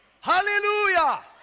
hallelujah